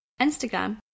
Instagram